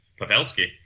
Pavelski